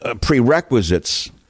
prerequisites